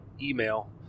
email